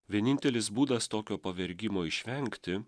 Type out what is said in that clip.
vienintelis būdas tokio pavergimo išvengti